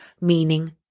meaning